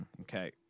Okay